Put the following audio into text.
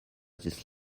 this